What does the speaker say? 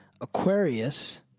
Aquarius